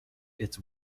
its